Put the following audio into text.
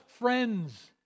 friends